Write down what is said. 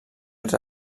els